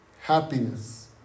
happiness